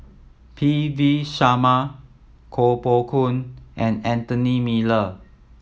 P V Sharma Koh Poh Koon and Anthony Miller